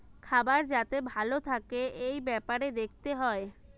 খাবার যাতে ভালো থাকে এই বেপারে দেখতে হয়